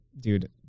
dude